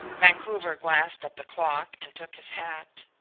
vancouver glanced at the clock and took his hat.